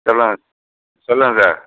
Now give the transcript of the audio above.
சொல்லுங்கள் ஸ் சொல்லுங்கள் சார்